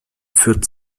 führte